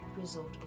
result